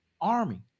Army